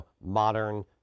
modern